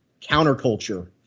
counterculture